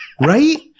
Right